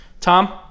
Tom